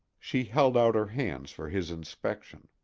she held out her hands for his inspection.